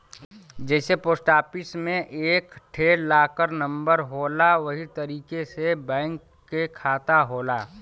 जइसे post office मे एक ठे लाकर नम्बर होला वही तरीके से बैंक के खाता होला